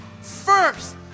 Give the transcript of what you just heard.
first